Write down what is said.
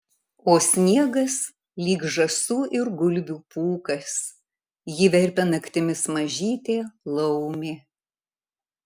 o sniegas lyg žąsų ir gulbių pūkas jį verpia naktimis mažytė laumė